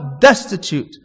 destitute